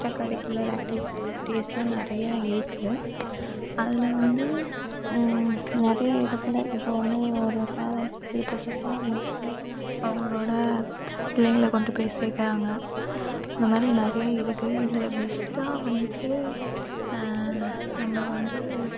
extra curricular ஆக்டிவிட்டிஸ்லாம் நிறையா இருக்கு அதில் வந்து நிறைய இடத்துல இப்போது வந்து ஒரு பேரண்ட்ஸ் விருப்பப்பட்டால் அவங்க ஸ்கூல் அவங்களோட பிள்ளைங்களை கொண்டு போய் சேக்கிறாங்க அந்தமாதிரி நிறையா இருக்கு இதில் பெஸ்ட்டாக வந்து நம்ம வந்து